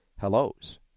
Hellos